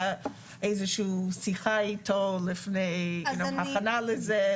הייתה לנו שיחת הכנה לזה,